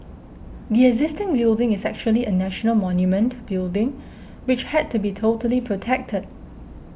the existing building is actually a national monument building which had to be totally protected